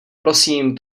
prosím